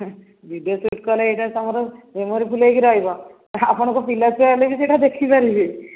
ହେଁ video shoot କଲେ ଏଇଟା ତମର ମେମୋରୀ ଫୁଲ୍ ହେଇକି ରହିବ ଆପଣଙ୍କ ପିଲା ଛୁଆ ହେଲେ ବି ସେଇଟା ଦେଖି ପାରିବେ